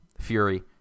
Fury